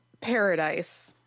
paradise